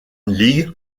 league